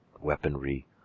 weaponry